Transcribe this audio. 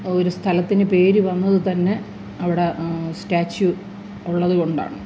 ഒരു സ്ഥലത്തിനു പേരു വന്നതുതന്നെ അവിടെ സ്റ്റാച്യൂ ഉള്ളതുകൊണ്ടാണ്